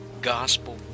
gospel